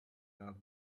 are